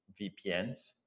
VPNs